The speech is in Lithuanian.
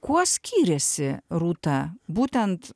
kuo skyrėsi rūta būtent